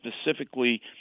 specifically